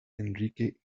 enrique